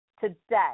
today